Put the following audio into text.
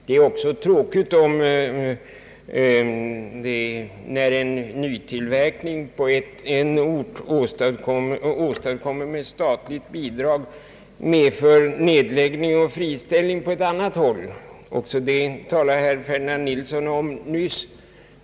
Det är också tråkigt när en nytillverkning på en ort, åstadkommen med statligt bidrag, medför nedläggning och friställning på ett annat håll. Även detta talade herr Ferdinand Nilsson om nyss.